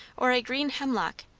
or a green hemlock?